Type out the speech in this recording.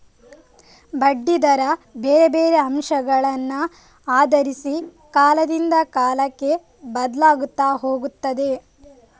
ಬಡ್ಡಿ ದರ ಬೇರೆ ಬೇರೆ ಅಂಶಗಳನ್ನ ಆಧರಿಸಿ ಕಾಲದಿಂದ ಕಾಲಕ್ಕೆ ಬದ್ಲಾಗ್ತಾ ಹೋಗ್ತದೆ